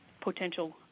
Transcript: potential